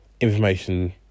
Information